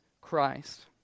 Christ